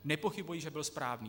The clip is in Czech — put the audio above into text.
Nepochybuji, že byl správný.